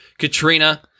Katrina